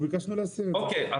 אוקיי.